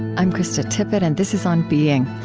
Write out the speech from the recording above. i'm krista tippett, and this is on being,